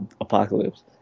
apocalypse